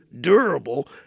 durable